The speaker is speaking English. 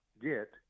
get